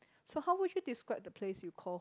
so how would you describe the places you call home